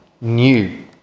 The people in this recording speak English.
new